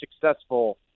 successful